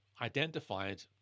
identified